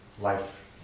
life